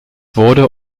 wurde